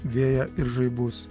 vėją ir žaibus